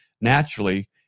naturally